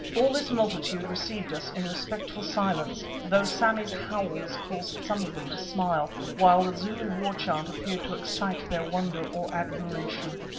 all this multitude received us in respectful silence, though sammy's howls caused some of them to smile, while the zulu war-chant appeared to excite their wonder, or admiration.